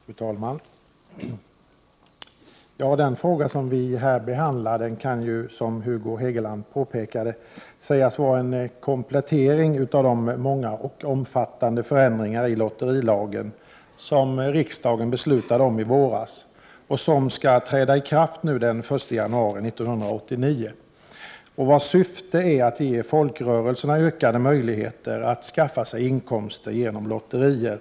Fru talman! Den fråga som vi här behandlar kan, som Hugo Hegeland påpekade, sägas vara en komplettering av de många och omfattande förändringar i lotterilagen som riksdagen fattade beslut om i våras och som skall träda i kraft den 1 januari 1989 och vilkas syfte är att ge folkrörelserna ökade möjligheter att skaffa sig inkomster genom lotterier.